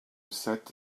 sept